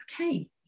okay